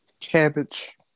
cabbage